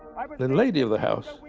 the lady of the house,